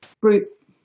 group